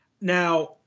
Now